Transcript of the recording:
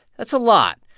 that's a lot,